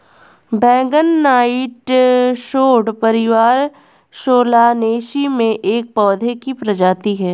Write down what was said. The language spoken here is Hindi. बैंगन नाइटशेड परिवार सोलानेसी में एक पौधे की प्रजाति है